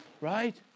right